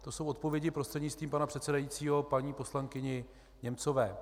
To jsou odpovědi prostřednictvím pana předsedajícího paní poslankyni Němcové.